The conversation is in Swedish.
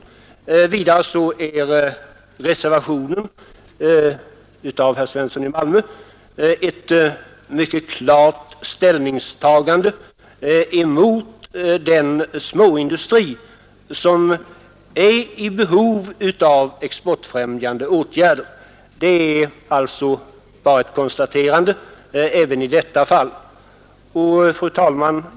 Vidare är reservationen ett klart ställningstagande mot den småindustri som är i behov av exportfrämjande åtgärder. Det är även i detta fall bara ett konstaterande. Fru talman!